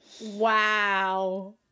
Wow